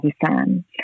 Pakistan